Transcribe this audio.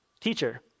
teacher